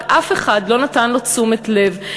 רק אף אחד לא נתן לו תשומת לב.